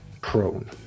prone